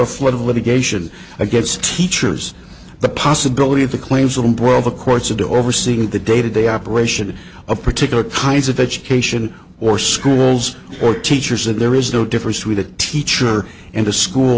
a flood of litigation against teachers the possibility of the claims of embroil the courts of the overseeing the day to day operation of particular kinds of education or schools or teachers that there is no difference with a teacher and a school